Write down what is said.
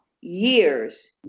years